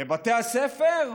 בבתי הספר,